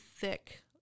thick